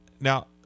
now